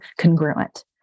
congruent